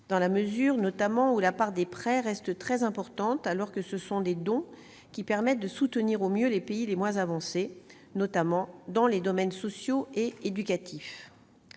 dans la mesure, notamment, où la part des prêts reste très importante, alors que ce sont les dons qui permettent de soutenir au mieux les pays les moins avancés, en particulier dans les domaines sociaux et éducatifs.